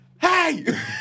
hey